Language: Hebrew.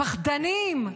פחדנים.